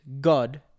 God